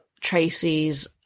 tracy's